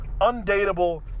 undateable